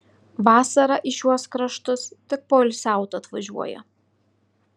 vasarą į šiuos kraštus tik poilsiaut atvažiuoja